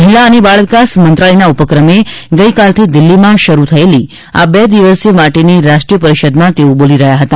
મહિલા અને બાળ વિકાસ મંત્રાલયના ઉપક્રમે ગઇકાલથી દિલ્હીમાં શરૂ થયેલી બે દિવસ માટેની રાષ્ટ્રીય પરીષદમાં તેઓ બોલી રહ્યાં હતા